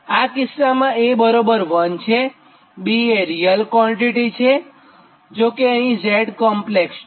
આ કિસ્સામાં A 1 છે B એ રીઅલ ક્વોલીટી છેજો કે અહીં Z કોમ્પ્લેક્ષ છે